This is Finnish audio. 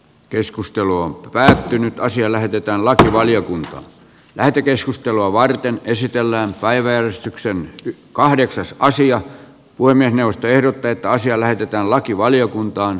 keskustelu on päättynyt asia lähetetään lakivaliokuntaan lähetekeskustelua varten esitellään päiväjärjestykseen jo kahdeksas osia puhemiesneuvosto ehdottaa että asia lähetetään lakivaliokuntaan